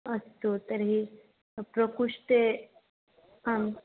अस्तु तर्हि प्रकोष्ठे आम्